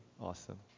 awesome